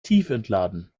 tiefentladen